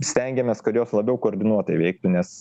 stengiamės kad jos labiau koordinuotai veiktų nes